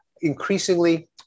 increasingly